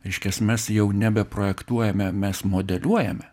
reiškias mes jau nebeprojektuojame mes modeliuojame